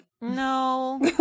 No